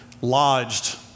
lodged